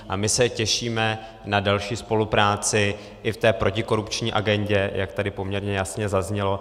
A my se těšíme na další spolupráci i v té protikorupční agendě, jak tady poměrně jasně zaznělo.